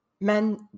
Men